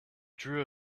drew